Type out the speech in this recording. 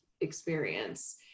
experience